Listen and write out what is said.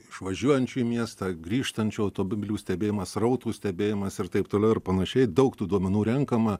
išvažiuojančių į miestą grįžtančių automobilių stebėjimas srautų stebėjimas ir taip toliau ir panašiai daug tų duomenų renkama